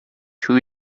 two